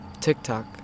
TikTok